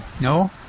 No